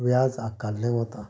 व्याज आकारले वता